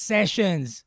Sessions